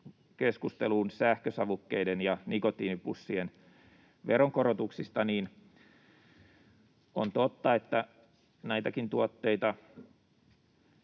keskusteluun sähkösavukkeiden ja nikotiinipussien veronkorotuksista, niin on totta, että näitäkin tuotteita